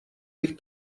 bych